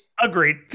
Agreed